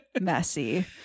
messy